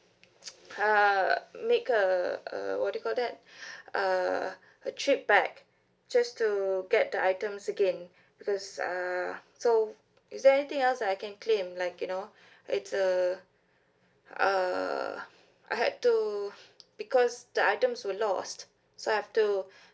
uh make a a what you call that uh a trip back just to get the items again because uh so is there anything else I can claim like you know it's a uh I had to because the items were lost so I have to